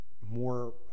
more